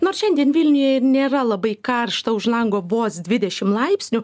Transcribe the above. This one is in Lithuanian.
nors šiandien vilniuje ir nėra labai karšta už lango vos dvidešim laipsnių